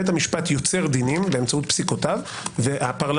בית המשפט יוצר דינים באמצעות פסיקותיו והפרלמנט,